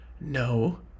No